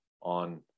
on